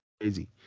crazy